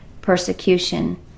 persecution